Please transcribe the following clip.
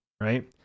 Right